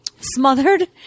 Smothered